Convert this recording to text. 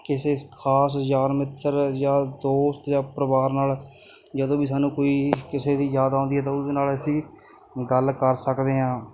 ਕਿਸੇ ਸ ਖ਼ਾਸ ਯਾਰ ਮਿੱਤਰ ਜਾਂ ਦੋਸਤ ਜਾਂ ਪਰਿਵਾਰ ਨਾਲ ਜਦੋਂ ਵੀ ਸਾਨੂੰ ਕੋਈ ਕਿਸੇ ਦੀ ਯਾਦ ਆਉਂਦੀ ਹੈ ਤਾਂ ਉਹਦੇ ਨਾਲ ਅਸੀਂ ਗੱਲ ਕਰ ਸਕਦੇ ਹਾਂ